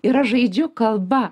ir aš žaidžiu kalba